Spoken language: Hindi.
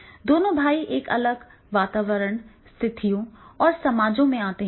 दोनों भाई एक अलग वातावरण स्थितियों और समाजों से आते हैं